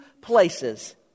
places